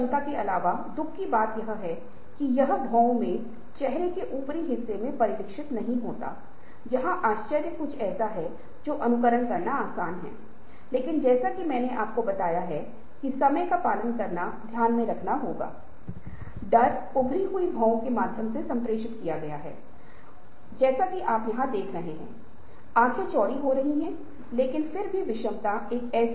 इसलिए परिवर्तन किए जाने के बाद हम परिवर्तन का मूल्यांकन करते हैं परिवर्तन मूल्यांकन किया जा सकता है कि क्या परिवर्तन सफलतापूर्वक निष्पादित करने में सक्षम है क्या परिवर्तन के परिणाम वांछनीय हैं क्या परिवर्तन निरंतर हो सकता है